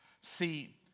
See